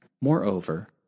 Moreover